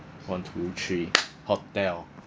one two three hotel